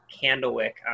candlewick